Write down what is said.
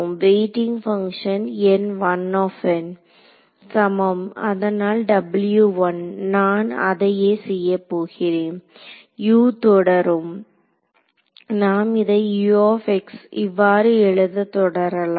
waiting function சமம் அதனால் நான் அதையே செய்யப்போகிறேன் U தொடரும் நாம் இதை இவ்வாறு எழுத தொடரலாம்